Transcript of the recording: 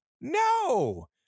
No